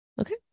Okay